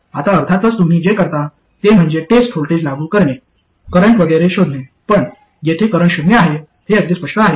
आता अर्थातच तुम्ही जे करता ते म्हणजे टेस्ट व्होल्टेज लागू करणे करंट वगैरे शोधणे पण येथे करंट शून्य आहे हे अगदी स्पष्ट आहे